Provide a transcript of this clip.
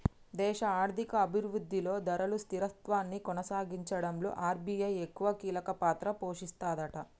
దేశ ఆర్థిక అభివృద్ధిలో ధరలు స్థిరత్వాన్ని కొనసాగించడంలో ఆర్.బి.ఐ ఎక్కువ కీలక పాత్ర పోషిస్తదట